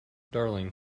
darling